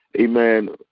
amen